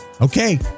okay